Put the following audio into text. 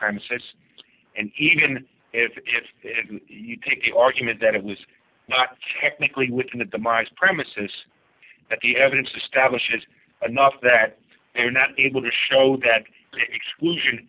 premises and even if you take the argument that it was not technically within the demise premises that the evidence to stablish is enough that they're not able to show that exclusion